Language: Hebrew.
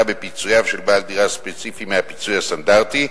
בפיצויו של בעל דירה ספציפי מהפיצוי הסטנדרטי.